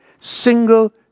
single